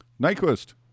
Nyquist